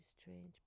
strange